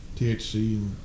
THC